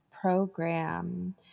program